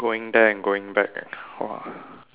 going there and going back !whoa!